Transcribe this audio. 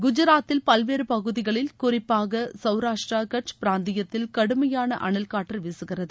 குஜராத்தில் பல்வேறு பகுதிகளில் குறிப்பாக சவுராஷ்டிரா கட்ச் பிராந்தியத்தில் கடுமையாள அனல் காற்று வீசுகிறது